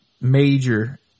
major